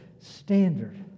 standard